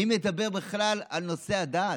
מי מדבר בכלל על נושא הדת?